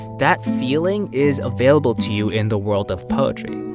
that feeling is available to you in the world of poetry.